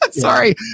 Sorry